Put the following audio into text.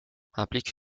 implique